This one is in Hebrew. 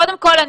קודם כל,